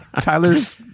Tyler's